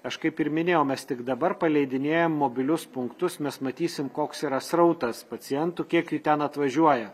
aš kaip ir minėjau mes tik dabar paleidinėjam mobilius punktus mes matysim koks yra srautas pacientų kiek jų ten atvažiuoja